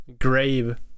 Grave